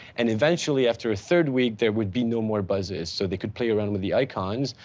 and eventually after a third week, there would be no more buzzes. so they could play around with the icons,